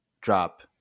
drop